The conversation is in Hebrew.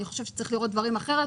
אני חושב שצריך לראות דברים אחרת,